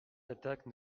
attaques